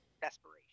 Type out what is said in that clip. desperation